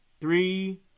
three